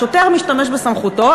השוטר משתמש בסמכותו,